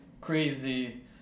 crazy